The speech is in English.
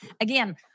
again